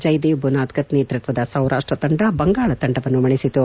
ಜಯದೇವ್ ಬುನಾದ್ಕತ್ ನೇತೃತ್ವದ ಸೌರಾಪ್ಷ ತಂಡ ಬಂಗಾಳ ತಂಡವನ್ನು ಮಣಿಸಿತು